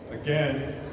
Again